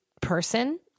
person